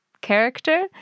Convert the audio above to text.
character